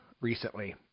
recently